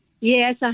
Yes